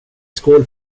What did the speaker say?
skål